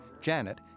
Janet